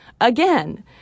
Again